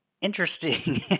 Interesting